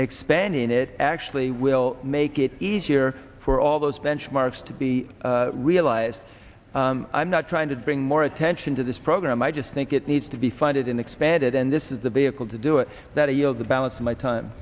expanding it actually will make it easier for all those benchmarks to be realized i'm not trying to bring more attention to this program i just think it needs to be funded in expanded and this is the be able to do it that you know the balance in my time